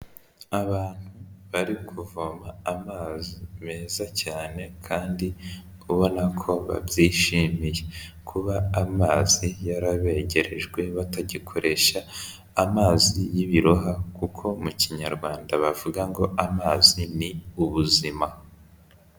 Abantu bari kuvoma amazi meza cyane kandi uri kubona ko babyishimiye kuba amazi yarabegerejwe batagikoresha amazi y'ibiroha kuko mu kinyarwanda bavuga ngo amazi ni ubuzima.